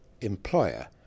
employer